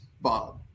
Bob